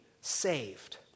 saved